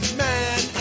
man